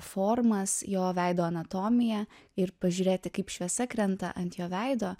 formas jo veido anatomiją ir pažiūrėti kaip šviesa krenta ant jo veido